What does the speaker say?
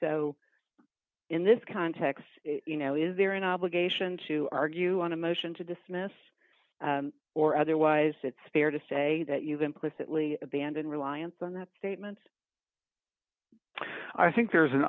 so in this context you know is there an obligation to argue on a motion to dismiss or otherwise it's fair to say that you've been politically abandon reliance on that statement i think there's an